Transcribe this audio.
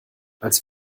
als